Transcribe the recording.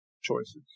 choices